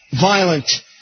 violent